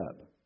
up